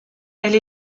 elle